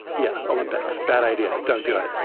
yeah. olympics. bad idea. don't do it.